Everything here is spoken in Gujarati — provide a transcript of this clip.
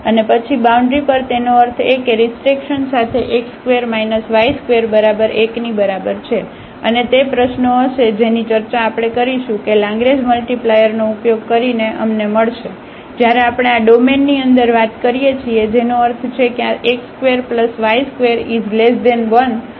અને પછી બાઉન્ડ્રી પર તેનો અર્થ એ કે રીસ્ટ્રેકશન સાથે x2 y2 બરાબર 1 ની બરાબર છે અને તે પ્રશ્નો હશે જેની ચર્ચા આપણે કરીશું કે લગરેંજ મલ્ટીપ્લાયરનો ઉપયોગ કરીને અમને મળશે જ્યારે આપણે આ ડોમેનની અંદર વાત કરીએ છીએ જેનો અર્થ છે કે આ x2y21